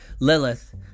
Lilith